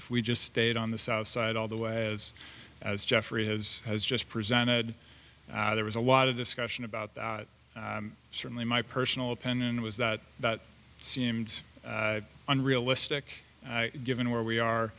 if we just stayed on the south side all the way as as jeffrey has has just presented there was a lot of discussion about that certainly my personal opinion was that that seemed unrealistic given where we are